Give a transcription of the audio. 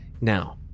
now